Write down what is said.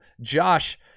Josh